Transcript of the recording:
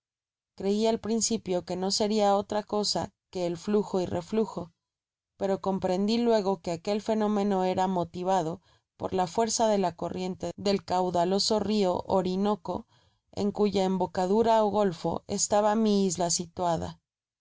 crei al principio que no seria otra cosa que el flujo y reflajo pero comprendi luego que aquel fenómenora motivado por la fuerza de la corriente del caudaloso rio orinoeo en euya embocadura ó golfo estaba mi isla situada